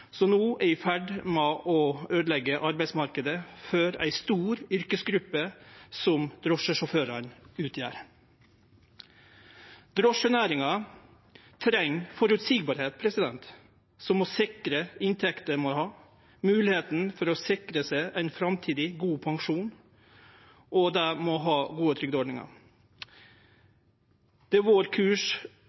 no er i ferd med å øydeleggje arbeidsmarknaden for ei stor yrkesgruppe, som drosjesjåførane utgjer. Drosjenæringa treng føreseielegheit for sikker inntekt, moglegheit til å sikre seg ein framtidig god pensjon, og dei må ha gode trygdeordningar. Det er vår kurs